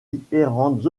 différentes